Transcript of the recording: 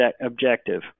objective